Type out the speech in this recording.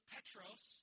Petros